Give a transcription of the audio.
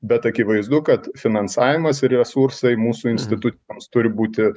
bet akivaizdu kad finansavimas ir resursai mūsų institucijoms turi būti